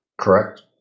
Correct